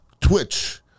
twitch